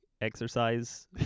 exercise